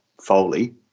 Foley